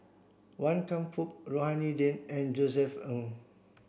Wan Tam Fook Rohani Din and Josef Ng